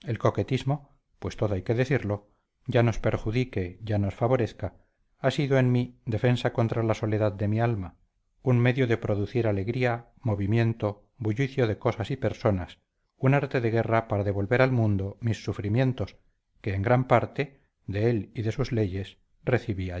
pues todo hay que decirlo ya nos perjudique ya nos favorezca ha sido en mí defensa contra la soledad del alma un medio de producir alegría movimiento bullicio de cosas y personas un arte de guerra para devolver al mundo mis sufrimientos que en gran parte de él y de sus leyes recibía